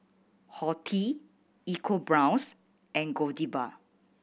Horti EcoBrown's and Godiva